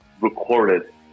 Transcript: recorded